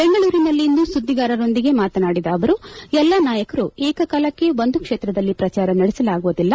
ಬೆಂಗಳೂರಿನಲ್ಲಿಂದು ಸುದ್ಬಿಗಾರರೊಂದಿಗೆ ಮಾತನಾಡಿದ ಅವರು ಎಲ್ಲ ನಾಯಕರೂ ಏಕಕಾಲಕ್ಕೆ ಒಂದು ಕ್ಷೇತ್ರದಲ್ಲಿ ಪ್ರಚಾರ ನಡೆಸಲಾಗುವುದಿಲ್ಲ